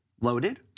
loaded